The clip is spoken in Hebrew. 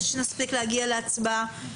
חשבתי שנספיק להגיע להצבעה.